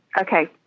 Okay